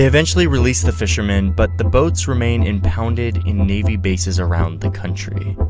eventually released the fishermen, but the boats remain impounded in navy bases around the country.